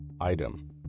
Item